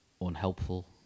unhelpful